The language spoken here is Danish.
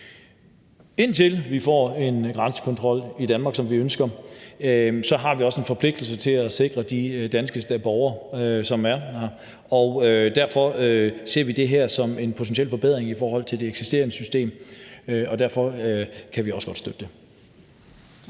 Indtil vi får en grænsekontrol i Danmark, som vi ønsker, har vi også en forpligtelse til at sikre de danske borgere, som er her, og derfor ser vi det her som en potentiel forbedring i forhold til det eksisterende system, og derfor kan vi også godt støtte det.